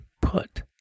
put